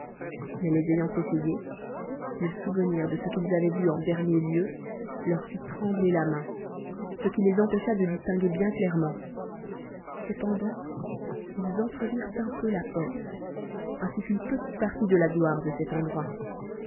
mais le ayant essayé ic souvenir dece qu'il avoient vu en dernier lieu leur fii trembler la main ce qui les empc cha de distinguer bien clairement cependant ils entrevirent un peu la porte ainsi qu'une petite partie dt la gloire de cet endroit